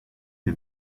die